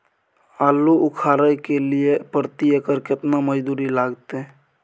आलू उखारय के लिये प्रति एकर केतना मजदूरी लागते?